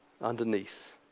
Underneath